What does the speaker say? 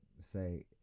say